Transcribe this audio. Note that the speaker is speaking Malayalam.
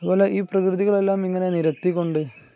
അതുപോലെ ഈ പ്രകൃതികളെല്ലാം ഇങ്ങനെ നിരത്തിക്കൊണ്ട്